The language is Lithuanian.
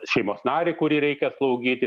šeimos narį kurį reikia slaugyti